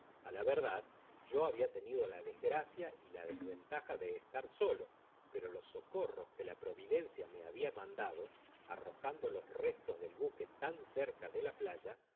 a la verdad yo habia tenido la desgracia y la desventaja de estar solo pero los socorros que la providencia me habia mandado arrojando los restos del buque tan cerca de la playa